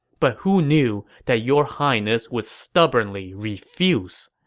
but who knew that your highness would stubbornly refuse.